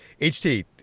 HT